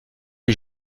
est